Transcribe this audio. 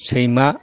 सैमा